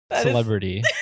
celebrity